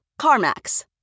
carmax